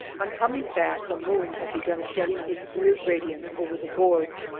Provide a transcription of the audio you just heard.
on coming back the moon had begun shedding its weird radiance over the gorge,